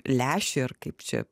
lęšį ar kaip čia